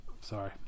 Sorry